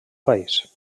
país